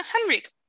Henrik